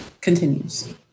continues